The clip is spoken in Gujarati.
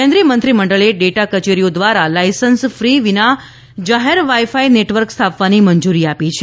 કેન્દ્રીય મંત્રીમંડળે ડેટા કચેરીઓ દ્રારા લાઈસન્સ ફી વિના જાહેર વાઈ ફાઈ નેટવર્ક સ્થાપવાની મંજૂરી આપી છે